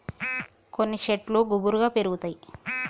కొన్ని శెట్లు గుబురుగా పెరుగుతాయి